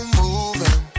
moving